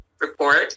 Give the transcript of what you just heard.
report